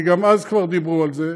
כי גם אז כבר דיברו על זה,